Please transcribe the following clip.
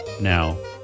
now